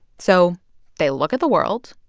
so they look at the world,